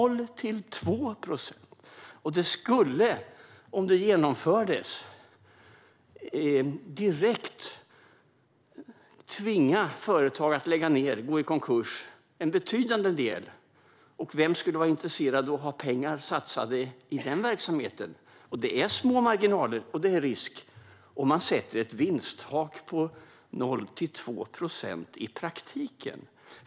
Detta skulle, om det genomfördes, direkt tvinga en betydande del av företagen att lägga ned eller gå i konkurs. Vem skulle vara intresserad av att ha pengar satsade i den verksamheten, med små marginaler och risk, om man sätter ett vinsttak på i praktiken 0-2 procent?